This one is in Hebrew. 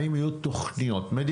האם יהיו תוכניות ולא רק